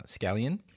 scallion